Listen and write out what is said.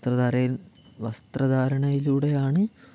വസ്ത്രധാരണത്തിൽ വസ്ത്രധാരണണത്തിലൂടെയാണ്